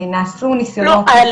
נעשו ניסיונות --- לא,